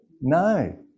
No